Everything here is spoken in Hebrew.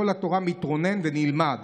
קול התורה מתרונן ונלמד,